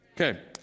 Okay